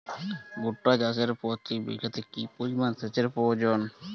ভুট্টা চাষে প্রতি বিঘাতে কি পরিমান সেচের প্রয়োজন?